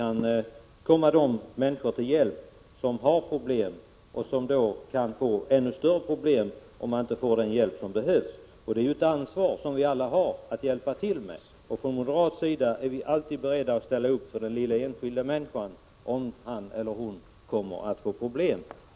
1986/87:113 kan komma de människor till hjälp som har problem och som kan få ännu — 29 april 1987 större problem om de inte får den hjälp som behövs. Vi har alla ett ansvar för det, och från moderat sida är vi alltid beredda att ställa upp för den lilla enskilda människan, om han eller hon får problem.